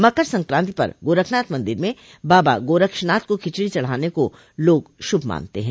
मकर संक्रांति पर गोरखनाथ मंदिर में बाबा गोरक्षनाथ को खिचड़ी चढ़ाने को लोग शुभ मानते हैं